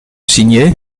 signer